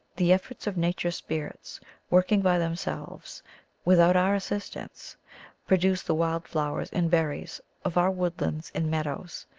the efforts of nature spirits work ing by themselves without our assistance produce the wild flowers and berries of our woodlands and meadows,